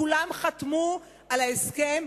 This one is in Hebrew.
כולם חתמו על ההסכם,